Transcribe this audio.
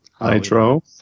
Nitro